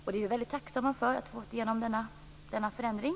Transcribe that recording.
Vi är väldigt tacksamma för att vi har fått igenom denna förändring.